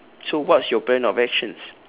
so what's your plan of actions